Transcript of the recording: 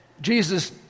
Jesus